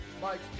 Mike